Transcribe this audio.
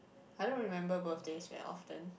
I don't remember birthdays very often